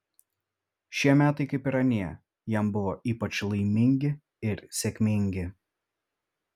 šie metai kaip ir anie jam buvo ypač laimingi ir sėkmingi